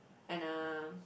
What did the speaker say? and a